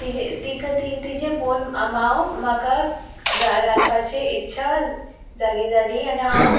तिजे तिका तिजें पोवन हांव म्हाका रा रांदपाचें इच्छा जागी जाली आनी हांव